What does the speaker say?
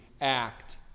act